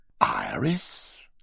Iris